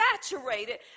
saturated